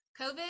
COVID